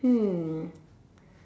hmm